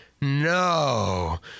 No